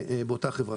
באותה חברה.